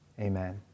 amen